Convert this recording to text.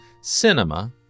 cinema